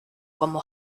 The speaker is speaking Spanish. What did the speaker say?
como